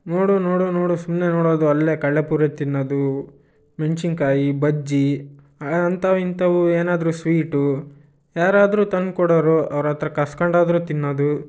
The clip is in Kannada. ನೋಡು ನೋಡು ನೋಡು ಸುಮ್ಮನೆ ನೋಡೋದು ಅಲ್ಲೇ ಕಡ್ಲೆಪುರಿ ತಿನ್ನೋದು ಮೆಣಸಿನ್ಕಾಯಿ ಬಜ್ಜಿ ಅಂಥವು ಇಂಥವು ಏನಾದ್ರೂ ಸ್ವೀಟು ಯಾರಾದರೂ ತಂದು ಕೊಡೋವ್ರು ಅವ್ರ ಹತ್ತಿರ ಕಸ್ಕೊಂಡಾದ್ರೂ ತಿನ್ನೋದು